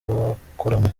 bakoramo